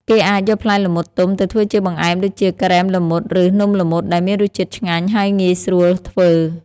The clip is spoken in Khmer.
គេអាចយកផ្លែល្មុតទុំទៅធ្វើជាបង្អែមដូចជា ការ៉េមល្មុត ឬ នំល្មុត ដែលមានរសជាតិឆ្ងាញ់ ហើយងាយស្រួលធ្វើ។